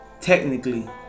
technically